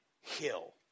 hill